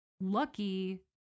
Lucky